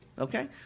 Okay